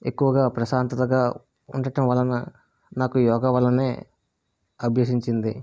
ఎక్కువగా ప్రశాంతంగా ఉండటం వలన నాకు యోగా వల్లనే అభ్యసించింది